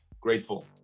Grateful